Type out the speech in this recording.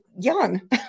young